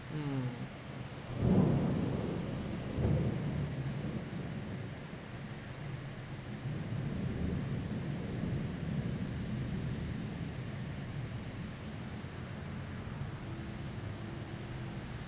mm